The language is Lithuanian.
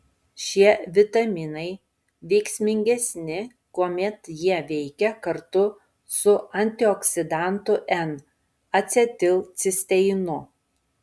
šie vitaminai veiksmingesni kuomet jie veikia kartu su antioksidantu n acetilcisteinu